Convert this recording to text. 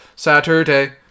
saturday